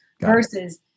versus